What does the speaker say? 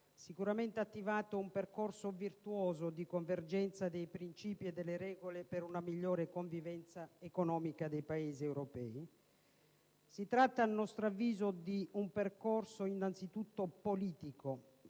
ed ha attivato un percorso virtuoso di convergenza dei principi e delle regole per una migliore convivenza economica dei Paesi europei. Si tratta, a nostro avviso, di un percorso innanzitutto politico,